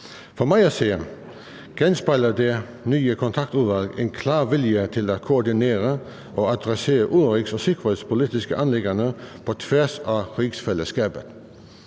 For mig at se genspejler det nye kontaktudvalg en klar vilje til at koordinere og adressere udenrigs- og sikkerhedspolitiske anliggender på tværs af rigsfællesskabet.